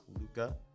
Luca